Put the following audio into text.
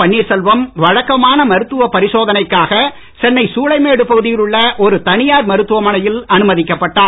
பன்னீர்செல்வம் வழக்கமான மருத்துவ பரிசோதனைக்காக சென்னை சூளைமேடு பகுதியில் உள்ள ஒரு தனியார் மருத்துவமனையில் அனுமதிக்கப்பட்டார்